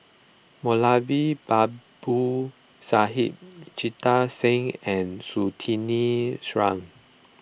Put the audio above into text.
Moulavi Babu Sahib Jita Singh and Surtini Sarwan